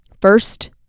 First